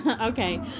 Okay